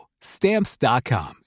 Stamps.com